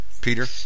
Peter